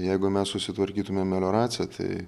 jeigu mes susitvarkytumė melioraciją tai